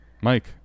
Mike